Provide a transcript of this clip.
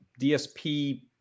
DSP